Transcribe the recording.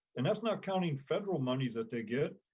and that's not counting federal monies that they get.